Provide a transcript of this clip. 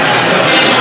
כפי שאמרתי,